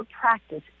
practice